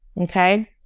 okay